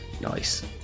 nice